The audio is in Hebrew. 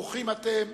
ברוכים אתם